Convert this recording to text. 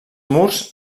murs